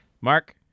Mark